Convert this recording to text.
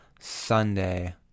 Sunday